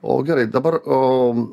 o gerai dabar om